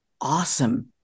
awesome